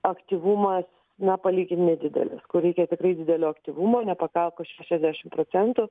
aktyvumas na palygint nedidelis kur reikia tikrai didelio aktyvumo nepakako šešiasdešimt procentų